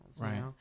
Right